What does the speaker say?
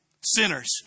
sinners